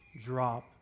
drop